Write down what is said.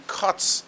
cuts